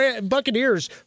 Buccaneers